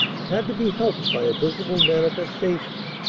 and had to be helped by a visible manifestation.